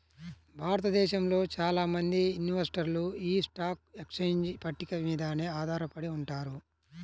భారతదేశంలో చాలా మంది ఇన్వెస్టర్లు యీ స్టాక్ ఎక్స్చేంజ్ పట్టిక మీదనే ఆధారపడి ఉంటారు